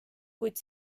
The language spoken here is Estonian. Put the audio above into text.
kuid